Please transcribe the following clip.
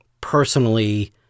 personally